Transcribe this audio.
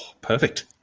Perfect